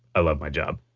i love my job